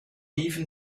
even